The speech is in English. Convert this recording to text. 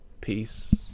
peace